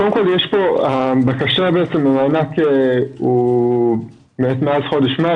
הבקשה למענק זה מאז חודש מאי,